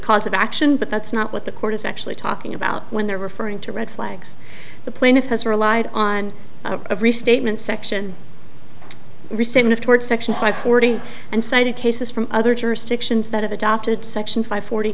cause of action but that's not what the court is actually talking about when they're referring to red flags the plaintiff has relied on a restatement section recent of toward section five forty and cited cases from other jurisdictions that have adopted section five forty